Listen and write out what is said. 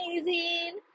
amazing